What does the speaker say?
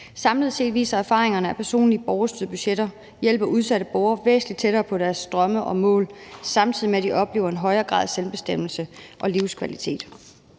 Samlet set viser erfaringerne, at personlige borgerstyrede budgetter hjælper udsatte borgere væsentlig tættere på deres drømme og mål, samtidig med at de oplever en højere grad af selvbestemmelse og livskvalitet.